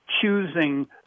choosing